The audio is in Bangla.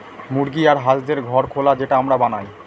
মুরগি আর হাঁসদের ঘর খোলা যেটা আমরা বানায়